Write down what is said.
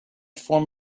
form